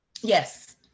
Yes